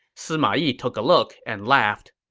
sima yi took a look and laughed.